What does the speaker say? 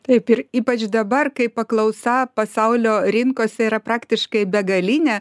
taip ir ypač dabar kai paklausa pasaulio rinkose yra praktiškai begalinė